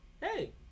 Hey